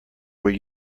were